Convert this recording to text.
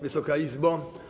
Wysoka Izbo!